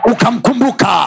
Ukamkumbuka